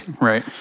Right